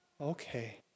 Okay